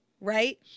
right